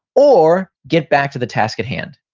or get back to the task at hand.